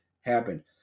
happen